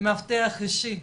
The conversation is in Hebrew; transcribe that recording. מאבטח אישי,